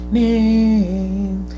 name